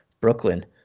Brooklyn